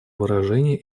выражения